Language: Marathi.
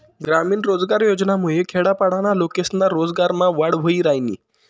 ग्रामीण रोजगार योजनामुये खेडापाडाना लोकेस्ना रोजगारमा वाढ व्हयी रायनी